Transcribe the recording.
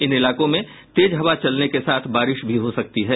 इन इलाकों में तेज हवा चलने के साथ बारिश भी हो सकती है